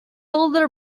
older